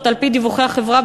זאת על-פי דיווחי החברה,